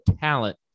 talent